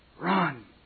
Run